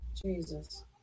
Jesus